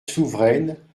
souveraine